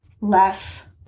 less